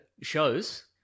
shows